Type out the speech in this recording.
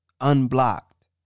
unblocked